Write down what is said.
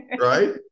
right